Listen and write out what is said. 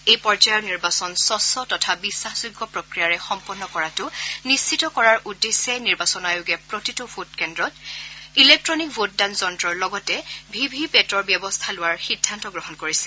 এই পৰ্যায়ৰ নিৰ্বাচন স্বচ্ছ তথা বিখাসযোগ্য প্ৰক্ৰিয়াৰে সম্পন্ন কৰাটো নিশ্চিত কৰাৰ উদ্দেশ্যে নিৰ্বাচন আয়োগে প্ৰতিটো ভোটগ্ৰহণ কেন্দ্ৰত ইলেকট্টনিক ভোটদান যন্ত্ৰৰ লগতে ভি ভি পেটৰ ব্যৱস্থা লোৱাৰ সিদ্ধান্ত গ্ৰহণ কৰিছে